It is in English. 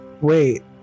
wait